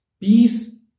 peace